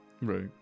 Right